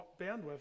bandwidth